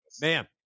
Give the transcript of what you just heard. Man